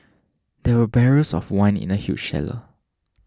there were barrels of wine in the huge cellar